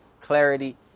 clarity